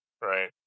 Right